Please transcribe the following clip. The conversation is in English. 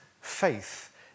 faith